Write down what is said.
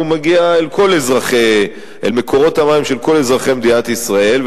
הוא מגיע אל מקורות המים של כל אזרחי מדינת ישראל.